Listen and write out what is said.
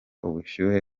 ubushyuhe